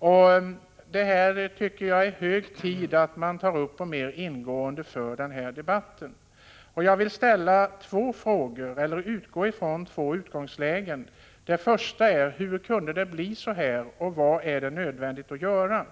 Enligt min mening är det hög tid att ta upp och mer ingående föra denna debatt. Jag vill utgå från två utgångslägen. Det första är: Hur kunde det bli så här och vad är nödvändigt att göra?